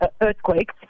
earthquake